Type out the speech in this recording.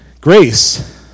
Grace